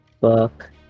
Fuck